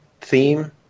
theme